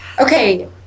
Okay